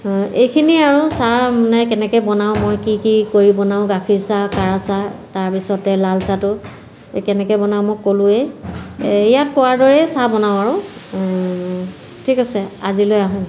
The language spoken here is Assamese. এইখিনিয়ে আৰু চাহ মানে কেনেকে বনাওঁ মই কি কি কৰি বনাওঁ গাখীৰ চাহ কাৰা চাহ তাৰপিছতে লাল চাহটো এই কেনেকে বনাওঁ মই ক'লোৱেই ইয়াত কোৱাৰ দৰেই চাহ বনাওঁ আৰু ঠিক আছে আজিলৈ আহোঁ